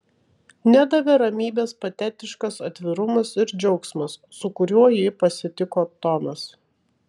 nedavė ramybės patetiškas atvirumas ir džiaugsmas su kuriuo jį pasitiko tomas